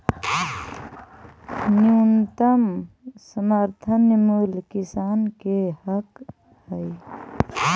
न्यूनतम समर्थन मूल्य किसान के हक हइ